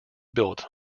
built